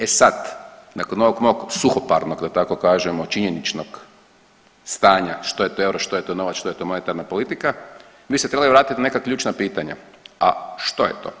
E sad nakon ovog mog suhoparnog, da tako kažemo činjeničnog stanja što je to euro, što je novac, što je to monetarna politika mi bi se trebali vratiti na neka ključna pitanja, a što je to?